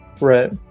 right